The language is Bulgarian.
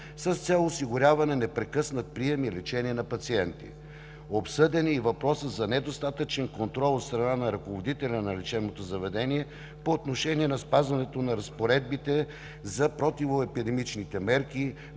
с цел осигуряване непрекъснат прием и лечение на пациенти. Обсъден е и въпросът за недостатъчен контрол от страна на ръководителя на лечебното заведение по отношение на спазването на разпоредбите за противоепидемичните мерки,